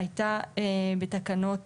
חובת מילוי טופס נוסע נכנס הייתה בתקנות